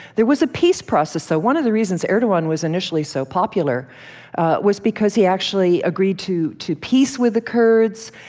there was a peace process, though. one of the reasons erdogan was initially so popular was because he actually agreed to to peace with the kurds.